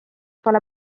pole